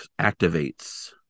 activates